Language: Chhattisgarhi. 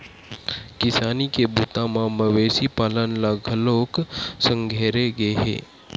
किसानी के बूता म मवेशी पालन ल घलोक संघेरे गे हे